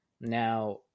Now